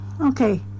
Okay